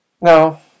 Now